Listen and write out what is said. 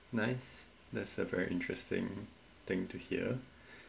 nice that's a very interesting thing to hear